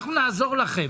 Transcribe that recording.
אנחנו נעזור לכם.